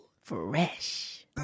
Fresh